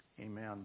Amen